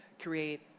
create